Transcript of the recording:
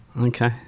Okay